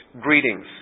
Greetings